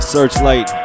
Searchlight